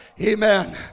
Amen